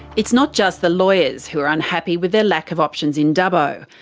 it's not just the lawyers who are unhappy with their lack of options in dubbo.